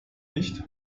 nicht